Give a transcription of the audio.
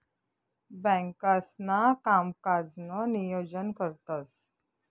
बँकांसणा कामकाजनं नियोजन करतंस